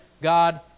God